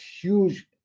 huge